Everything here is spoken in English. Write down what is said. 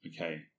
Okay